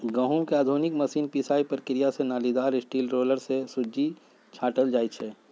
गहुँम के आधुनिक मशीन पिसाइ प्रक्रिया से नालिदार स्टील रोलर से सुज्जी छाटल जाइ छइ